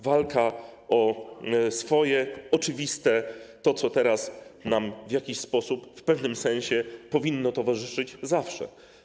Walka o swoje, oczywiste, to, co teraz w jakiś sposób w pewnym sensie powinno towarzyszyć zawsze.